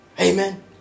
amen